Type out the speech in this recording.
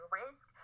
risk